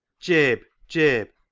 jabe! jabe!